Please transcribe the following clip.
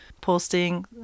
posting